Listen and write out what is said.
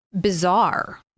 bizarre